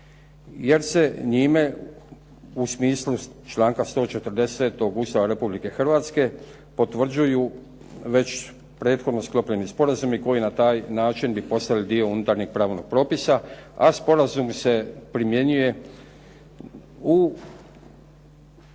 jer se njime u smislu članka 140. Ustava Republike Hrvatske potvrđuju već prethodno sklopljeni sporazumi koji na taj način bi postali dio unutarnjeg pravnog propisa a sporazum se primjenjuje od